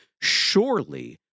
surely